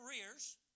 careers